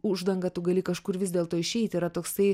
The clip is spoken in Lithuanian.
uždangą tu gali kažkur vis dėlto išeit yra toksai